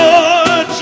Lord